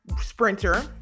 sprinter